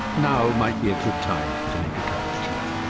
now might be a good time to make a cup of tea.